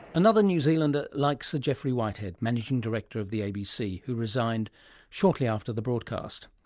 another new zealander like sir geoffrey whitehead, managing director of the abc who resigned shortly after the broadcast.